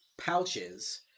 pouches